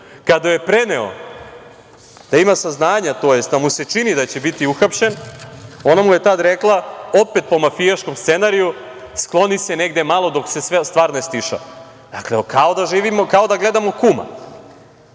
Kada joj je preneo da ima saznanja, tj. da mu se čini da će biti uhapšen, ona mu je tada rekla, opet po mafijaškom scenariju – skloni se negde malo dok se sva stvar ne stiša. Dakle, kao da živimo, kao da gledamo